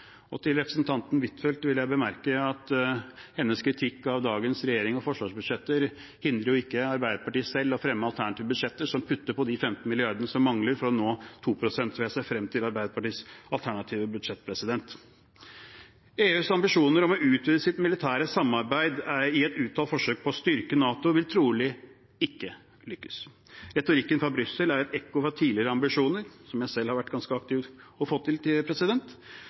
planer. Til representanten Huitfeldt vil jeg bemerke at hennes kritikk av dagens regjering og forsvarsbudsjetter jo ikke hindrer Arbeiderpartiet i selv å fremme alternative budsjetter som putter på de 15 milliardene som mangler for å nå 2 pst. Jeg ser frem til Arbeiderpartiets alternative budsjett. EUs ambisjoner om å utvide sitt militære samarbeid i et uttalt forsøk på å styrke NATO vil trolig ikke lykkes. Retorikken fra Brussel er et ekko fra tidligere ambisjoner som de selv har vært ganske aktive i å få til, og